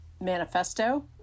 Manifesto